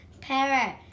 Parrot